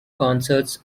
concerts